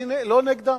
אני לא נגדם.